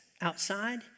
outside